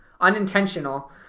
unintentional